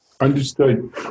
understood